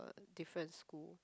different school